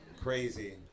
crazy